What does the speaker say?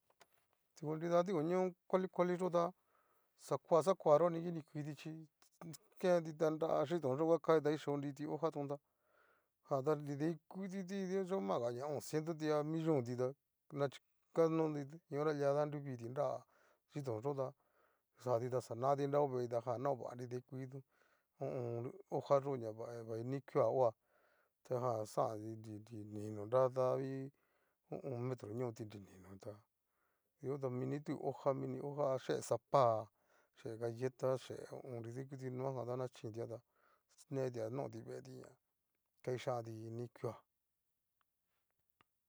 Nrida ikuti tikoño kuali kuali yo'o tá xakoa xakoani yo'o kinikuitichi, kenti ta nra chitón yo'o ngakati kixo nriti hojatónta jan ta nrida ikuti mas ga ña o'on xientoti a millontita nacho ta notita iinhora lia danruviti nra chitón yo'o ta yaati ta xanati nrami ho veeti tajan naova nridaikutito ho o on. hojayó ña va ini kua hoa ta jan xaanti nri ninó nradavi ho o on. metro ñoti nrininotá, kitiyo ta mini itu hoja mini hoja a xhee sapa, xhee galleta, xhee ho o on. nrida ikuti noajanta naxhitia tá, neatia noti veeti ña kaichanti ini kuea.